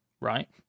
right